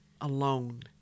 alone